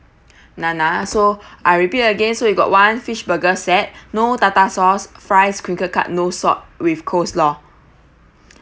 so I repeat again so you got one fish burger set no tartar sauce fries crinkle cut no salt with coleslaw